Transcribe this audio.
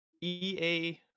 EA